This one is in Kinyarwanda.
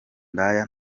indaya